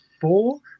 four